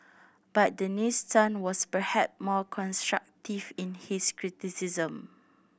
but Dennis Tan was perhap more constructive in his criticism